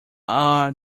are